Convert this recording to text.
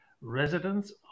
Residents